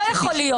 לא יכול להיות.